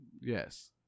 Yes